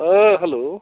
अ hello